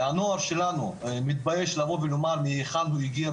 הנוער שלנו מתבייש לבוא ולומר מהיכן הגיע,